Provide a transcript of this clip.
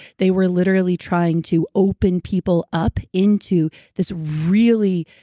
they were literally trying to open people up into this really